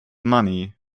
money